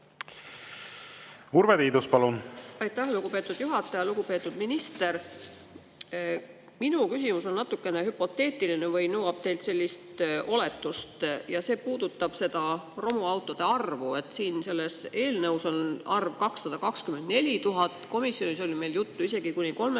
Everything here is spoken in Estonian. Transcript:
Urve Tiidus, palun! Aitäh, lugupeetud juhataja! Lugupeetud minister! Minu küsimus on natukene hüpoteetiline, nõuab teilt oletust. See puudutab romuautode arvu. Siin selles eelnõus on arv 224 000, komisjonis oli meil juttu isegi kuni 300